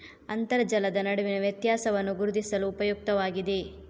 ಅಂತರ್ಜಲದ ನಡುವಿನ ವ್ಯತ್ಯಾಸವನ್ನು ಗುರುತಿಸಲು ಉಪಯುಕ್ತವಾಗಿದೆ